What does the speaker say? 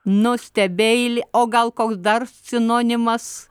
nu stebeili o gal koks dar sinonimas